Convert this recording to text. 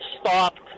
stopped